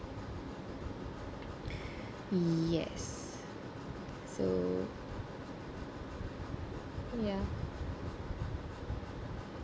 yes so ya